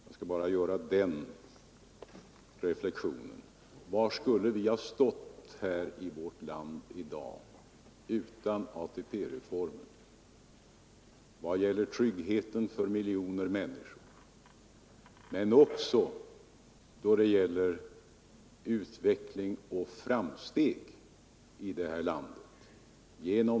Jag skall bara göra den här reflexionen: Var skulle vi ha stått i vårt land i dag utan ATP-reformen vad gäller tryggheten för miljoner människor men också vad gäller utveckling och framsteg?